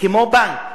כמו בנק,